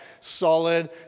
solid